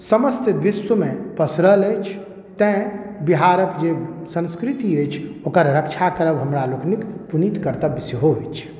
समस्त विश्वमे पसरल अछि तैं बिहारके जे संस्कृति अछि ओकर रक्षा करब हमरा लोकनिक पुनीत कर्तव्य सेहो अछि